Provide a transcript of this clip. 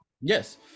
Yes